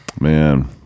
man